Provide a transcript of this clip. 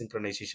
synchronization